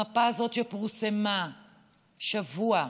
המפה הזאת שפורסמה בשבוע שעבר,